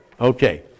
Okay